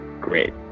great